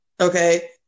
Okay